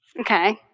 Okay